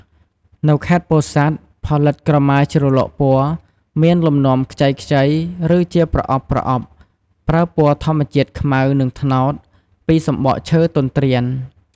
នៅខេត្តពោធិ៍សាត់ ផលិតក្រមាជ្រលក់ពណ៌ មានលំនាំខ្ចីៗ ឬជាប្រអប់ៗ ប្រើពណ៌ធម្មជាតិខ្មៅ និងត្នោត ពីសំបកឈើទន្ទ្រាន។